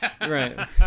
Right